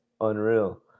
unreal